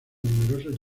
numerosos